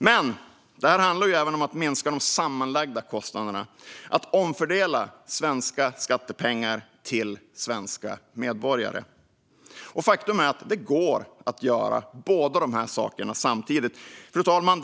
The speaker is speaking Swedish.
Men det handlar även om att minska de sammanlagda kostnaderna och om att omfördela svenska skattepengar till svenska medborgare. Och faktum är att det går att göra båda de här sakerna samtidigt. Fru talman!